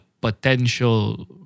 potential